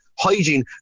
Hygiene